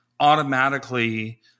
automatically